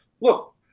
look